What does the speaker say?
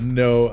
no